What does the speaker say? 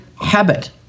habit